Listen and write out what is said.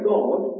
God